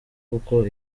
kuko